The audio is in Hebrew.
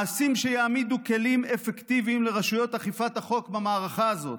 מעשים שיעמידו כלים אפקטיביים לרשויות אכיפת החוק במערכה הזאת,